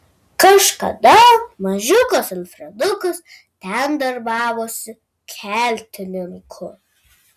kažkada mažiukas alfredukas ten darbavosi keltininku